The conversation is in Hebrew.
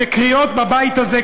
שקריאות בבית הזה,